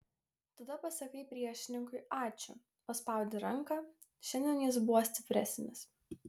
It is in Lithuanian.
tada pasakai priešininkui ačiū paspaudi ranką šiandien jis buvo stipresnis